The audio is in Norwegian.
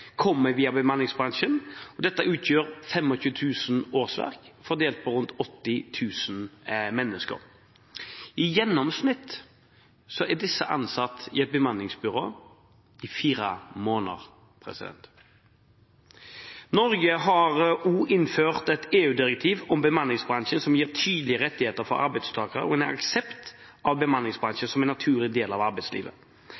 kommer via bemanningsbransjen. Dette utgjør 25 000 årsverk, fordelt på rundt 80 000 mennesker. I gjennomsnitt er disse ansatt i et bemanningsbyrå i fire måneder. Norge har også innført et EU-direktiv om bemanningsbransjen som gir tydelige rettigheter for arbeidstakere og en aksept av bemanningsbransjen som en naturlig del av arbeidslivet.